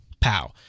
Pow